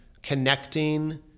connecting